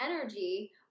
energy